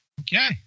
Okay